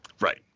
Right